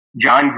john